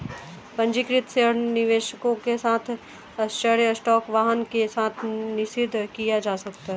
पंजीकृत शेयर निवेशकों के साथ आश्चर्य स्टॉक वाहन के साथ निषिद्ध किया जा सकता है